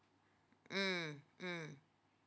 mm mm